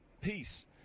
peace